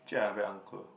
actually I very uncle